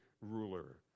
ruler